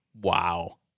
Wow